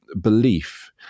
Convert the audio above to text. belief